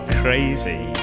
crazy